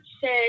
say